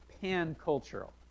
pan-cultural